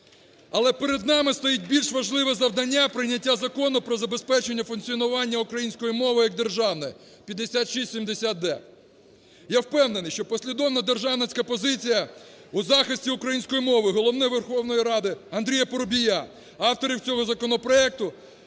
Але перед нами стоїть більш важливе завдання – прийняття Закону про забезпечення функціонування української мови як державної (5670-д). Я впевнений, що послідовна державницька позиція у захисті української мови Голови Верховної Ради Андрія Парубія, авторів цього законопроекту